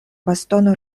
bastono